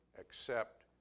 accept